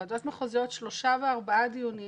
ועדות מחוזיות שלושה וארבעה דיונים.